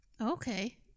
Okay